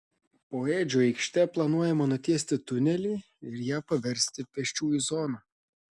po ėdžių aikšte planuojama nutiesti tunelį ir ją paversti pėsčiųjų zona